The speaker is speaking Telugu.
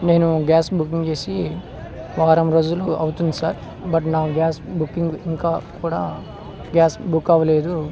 నేను గ్యాస్ బుకింగ్ చేసి వారం రోజులు అవుతుంది సార్ బట్ నా గ్యాస్ బుకింగ్ ఇంకా కూడా గ్యాస్ బుక్ అవ్వలేదు